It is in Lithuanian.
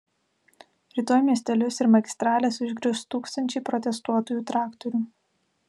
rytoj miestelius ir magistrales užgrius tūkstančiai protestuotojų traktorių